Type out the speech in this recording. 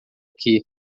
aqui